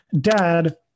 dad